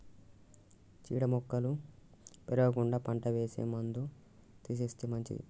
చీడ మొక్కలు పెరగకుండా పంట వేసే ముందు తీసేస్తే మంచిది